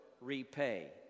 repay